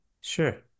Sure